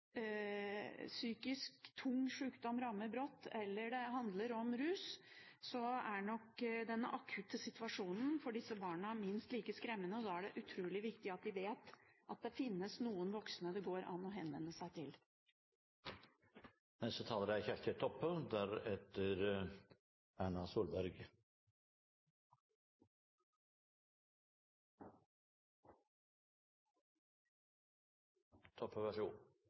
psykisk tung sykdom rammer brått, eller det handler om rus, er nok den akutte situasjonen for disse barna minst like skremmende. Da er det utrolig viktig at man vet at det finnes noen voksne det går an å henvende seg til. Takk til representanten Solberg som tar opp eit viktig tema. Barn er